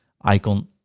icon